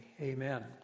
Amen